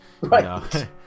Right